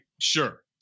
sure